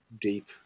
deep